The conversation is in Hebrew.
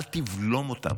אל תבלום אותם.